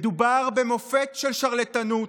מדובר במופת של שרלטנות,